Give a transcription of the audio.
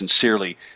sincerely